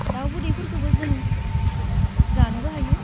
दाउ बिदैफोरखौबो जों जानोबो हायो